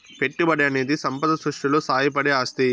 పెట్టుబడనేది సంపద సృష్టిలో సాయపడే ఆస్తి